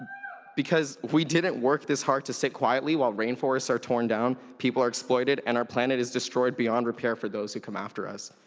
because we didn't work this hard to sit quietly while rainforests are torn down, people are exploited, and our planet is destroyed beyond repair for those who come after us.